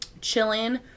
chilling